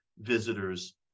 visitors